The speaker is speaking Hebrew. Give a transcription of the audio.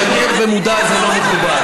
לשקר במודע זה לא מכובד.